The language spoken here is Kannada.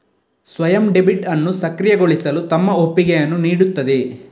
ಸ್ವಯಂ ಡೆಬಿಟ್ ಅನ್ನು ಸಕ್ರಿಯಗೊಳಿಸಲು ತಮ್ಮ ಒಪ್ಪಿಗೆಯನ್ನು ನೀಡುತ್ತದೆ